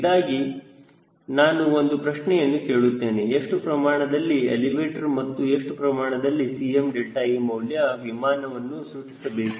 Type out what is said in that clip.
ಇದಾಗಿ ನಾನು ಒಂದು ಪ್ರಶ್ನೆಯನ್ನು ಕೇಳುತ್ತೇನೆ ಎಷ್ಟು ಪ್ರಮಾಣದಲ್ಲಿ ಎಲಿವೇಟರ್ ಮತ್ತು ಎಷ್ಟು ಪ್ರಮಾಣದ 𝐶mðe ಮೌಲ್ಯ ವಿಮಾನವು ಸೃಷ್ಟಿಸಬೇಕು